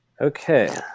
Okay